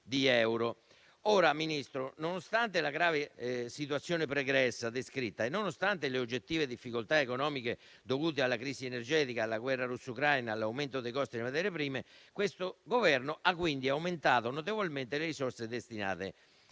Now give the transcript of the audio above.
effettivi; nonostante la grave situazione pregressa descritta e nonostante le oggettive difficoltà economiche, dovute alla crisi energetica, alla guerra russo-ucraina, all'aumento di costi delle materie prime, questo Governo ha aumentato le risorse destinate